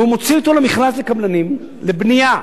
והוא מוציא אותו למכרז לקבלנים לבנייה,